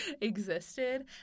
existed